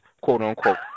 quote-unquote